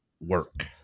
work